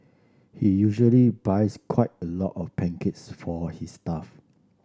he usually buys quite a lot of pancakes for his staff